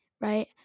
right